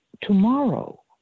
tomorrow